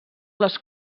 les